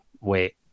wait